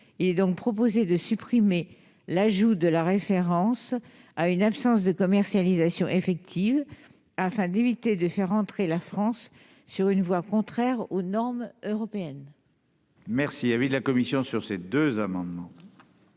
Aussi, nous proposons de supprimer l'ajout de la référence à une absence de commercialisation effective, afin d'éviter de faire entrer la France dans une voie contraire aux normes européennes. Quel est l'avis de la commission sur ces deux amendements